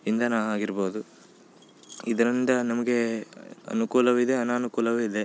ಇಂಧನ ಆಗಿರ್ಬೋದು ಇದರಿಂದ ನಮಗೆ ಅನುಕೂಲವಿದೆ ಅನನುಕೂಲವೂ ಇದೆ